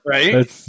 Right